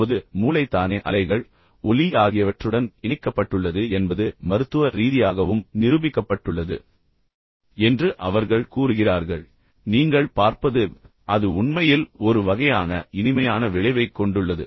நமது மூளை தானே அலைகள் ஒலி ஆகியவற்றுடன் இணைக்கப்பட்டுள்ளது என்பது மருத்துவ ரீதியாகவும் நிரூபிக்கப்பட்டுள்ளது என்று அவர்கள் கூறுகிறார்கள் பின்னர் நீங்கள் பார்ப்பது அது உண்மையில் ஒரு வகையான இனிமையான விளைவைக் கொண்டுள்ளது